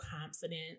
confident